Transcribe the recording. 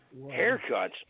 Haircuts